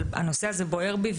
אבל הנושא הזה בוער בי,